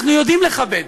אנחנו יודעים לכבד,